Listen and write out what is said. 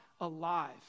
alive